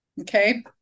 Okay